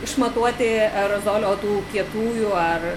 išmatuoti aerozolio tų kietųjų ar